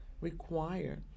require